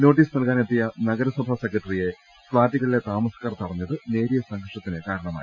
notice നൽകാനെത്തിയ നഗരസഭാ സെക്രട്ടറിയെ ഫ്ളാറ്റുകളിലെ താമസക്കാർ തടഞ്ഞത് നേരിയ സംഘർഷത്തിന് കാരണമായി